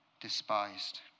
despised